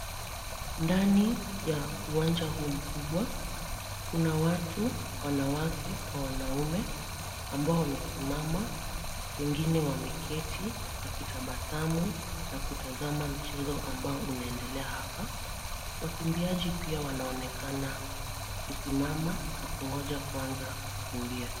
Ndani ya uwanja huu mkubwa, kuna watu wanawake kwa wanaume ambao wamesimama wengine wameketi wakitabasamu na kutazama mchezo ambao unaendelea hapa. Wakimbiaji pia wanaonekana kusimama na kungoja kuanza kukimbia.